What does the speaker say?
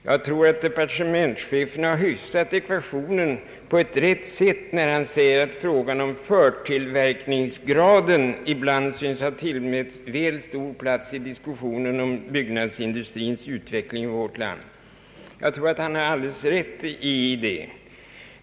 Jag tror att departementschefen har hyfsat ekvationen på ett riktigt sätt när han säger att frågan om förtillverkningsgraden ibland synes ha tillmätts väl stor plats i diskussionen om byggnadsindustrins utveckling i vårt land. Jag anser att han har alldeles rätt i det.